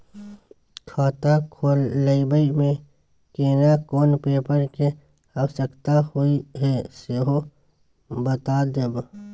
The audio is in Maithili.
खाता खोलैबय में केना कोन पेपर के आवश्यकता होए हैं सेहो बता देब?